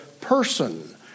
person